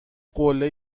قله